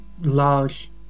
large